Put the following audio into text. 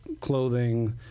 clothing